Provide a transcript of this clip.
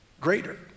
greater